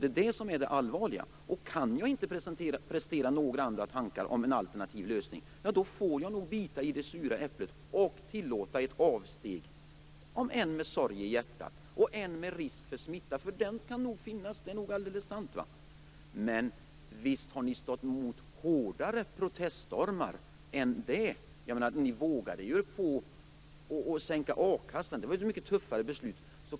Det är det som är det allvarliga. Kan man inte prestera några tankar om en alternativ lösning, då får man nog bita i det sura äpplet och tillåta ett avsteg, om än med sorg i hjärtat och med risk för smitta. Det är nog alldeles sant att det kan finnas en sådan. Men visst har ni stått emot hårdare proteststormar. Ni vågade er på att sänka a-kassan. Det var ett mycket tuffare beslut.